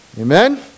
Amen